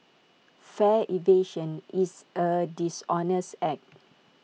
fare evasion is A dishonest act